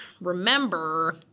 remember